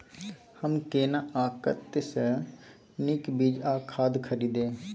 हम केना आ कतय स नीक बीज आ खाद खरीदे?